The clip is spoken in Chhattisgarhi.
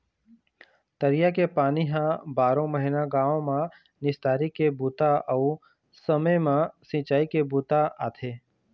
तरिया के पानी ह बारो महिना गाँव म निस्तारी के बूता अउ समे म सिंचई के बूता आथे